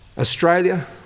Australia